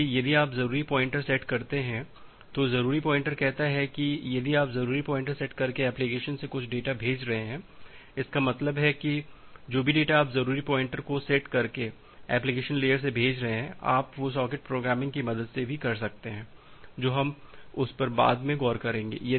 इसलिए यदि आप जरूरी पॉइंटर सेट करते हैं तो जरूरी पॉइंटर कहता है कि यदि आप जरूरी पॉइंटर सेट करके एप्लिकेशन से कुछ डेटा भेज रहे हैं इसका मतलब है जो भी डेटा आप जरूरी पॉइंटर को सेट करके एप्लिकेशन लेयर से भेज रहे हैं आप वो सॉकेट प्रोग्रामिंग की मदद से भी कर सकते हैं जो हम उस पर बाद में गौर करेंगे